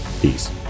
peace